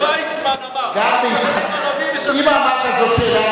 עזר ויצמן אמר: אם משחררים ערבים,